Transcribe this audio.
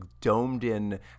domed-in